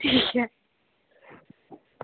ठीक ऐ